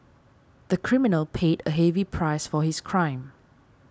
the criminal paid a heavy price for his crime